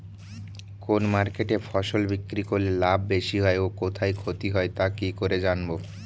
কোন মার্কেটে ফসল বিক্রি করলে লাভ বেশি হয় ও কোথায় ক্ষতি হয় তা কি করে জানবো?